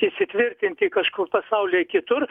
įsitvirtinti kažkur pasaulyje kitur